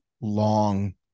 long